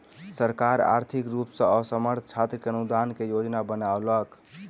सरकार आर्थिक रूप सॅ असमर्थ छात्र के अनुदान के योजना बनौलक